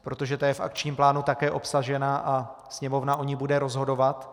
Protože ta je v akčním plánu také obsažena a Sněmovna o ní bude rozhodovat.